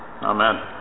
Amen